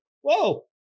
whoa